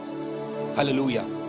Hallelujah